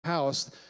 house